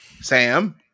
Sam